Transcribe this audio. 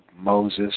Moses